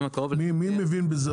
מי מבין בזה